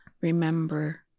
remember